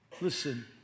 Listen